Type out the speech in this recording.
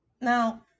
now